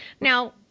Now